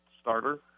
starter